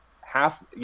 half